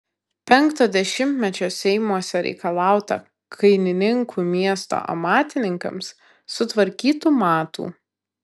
penkto dešimtmečio seimuose reikalauta kainininkų miesto amatininkams sutvarkytų matų